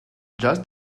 just